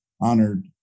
honored